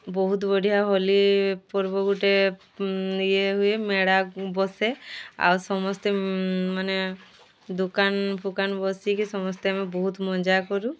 ବହୁତ ବଢ଼ିଆ ହୋଲି ପର୍ବ ଗୋଟେ ଇଏ ହୁଏ ମେଳା ବସେ ଆଉ ସମସ୍ତେ ମାନେ ଦୋକାନ ଫୁକାନ୍ ବସିକି ସମସ୍ତେ ଆମେ ବହୁତ ମଜା କରୁ